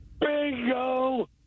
Bingo